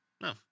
No